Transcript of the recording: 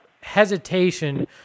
hesitation